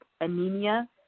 anemia